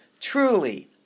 truly